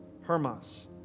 Hermas